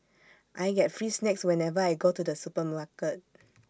I get free snacks whenever I go to the supermarket